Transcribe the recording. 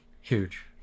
huge